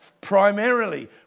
primarily